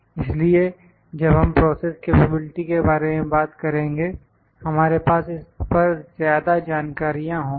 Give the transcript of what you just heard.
इसलिए जब हम प्रोसेस कैपेबिलिटी के बारे में बात करेंगे हमारे पास इस पर ज्यादा जानकारियाँ होंगी